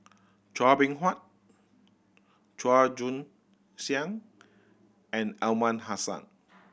Chua Beng Huat Chua Joon Siang and Aliman Hassan